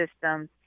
systems